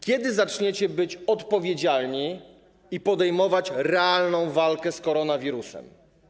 Kiedy zaczniecie być odpowiedzialni i podejmiecie realną walkę z koronawirusem?